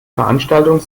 veranstaltung